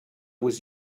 was